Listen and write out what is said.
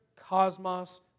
cosmos